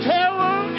terror